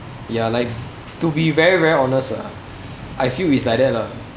ya like to be very very honest lah I feel it's like that lah